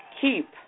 Keep